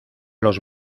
los